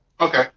Okay